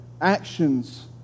actions